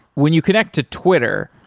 when you connect to twitter,